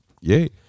Yay